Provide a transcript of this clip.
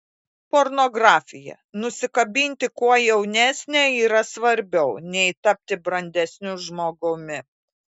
pornografija nusikabinti kuo jaunesnę yra svarbiau nei tapti brandesniu žmogumi